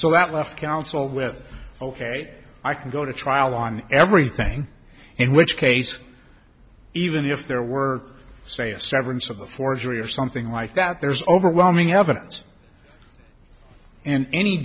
so that left counsel with ok i can go to trial on everything in which case even if there were say a severance of the forgery or something like that there's overwhelming evidence and any